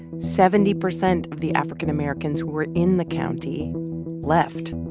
seventy percent of the african-americans who were in the county left.